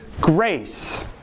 grace